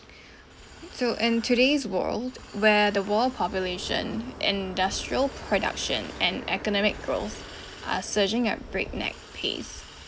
so in today's world where the world population industrial production and economic growth are surging at breakneck pace